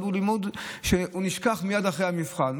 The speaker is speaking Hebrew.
אבל הוא לימוד שנשכח מייד אחרי המבחן,